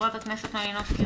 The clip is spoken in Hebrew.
חברת הכנסת מלינובסקי,